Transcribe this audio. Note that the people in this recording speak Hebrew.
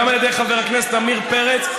גם על ידי חבר הכנסת עמיר פרץ.